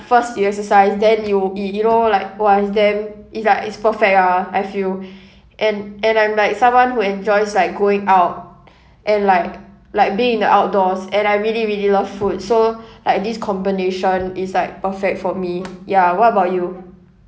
first you exercise then you y~ you know like !wah! it's damn it's like is perfect ah I feel and and I'm like someone who enjoys like going out and like like being in the outdoors and I really really love food so like this combination is like perfect for me ya what about you